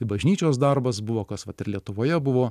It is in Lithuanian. bažnyčios darbas buvo kas vat ir lietuvoje buvo